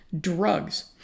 drugs